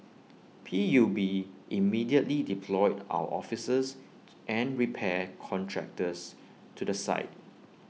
P U B immediately deployed our officers and repair contractors to the site